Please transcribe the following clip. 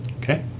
Okay